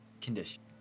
condition